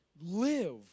live